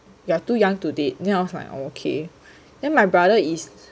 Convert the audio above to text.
you are too young to date then I was like oh okay then my brother is